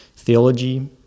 Theology